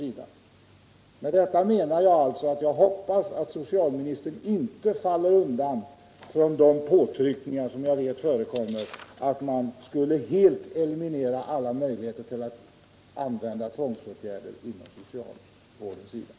Jag hoppas alltså att socialministern inte faller undan för de påtryckningar som jag vet förekommer om att man helt skall eliminera alla möjligheter att använda tvångsåtgärder inom socialvården.